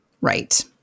right